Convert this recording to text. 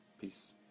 Peace